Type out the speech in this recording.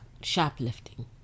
shoplifting